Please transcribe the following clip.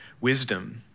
wisdom